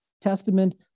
Testament